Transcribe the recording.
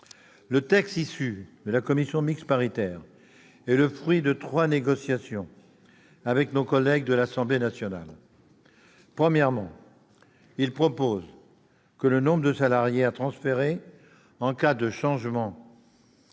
Le texte issu de la commission mixte paritaire est le fruit de trois négociations menées avec nos collègues de l'Assemblée nationale. Premièrement, il prévoit que le nombre de salariés à transférer en cas de changement